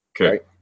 Okay